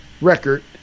record